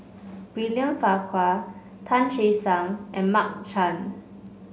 William Farquhar Tan Che Sang and Mark Chan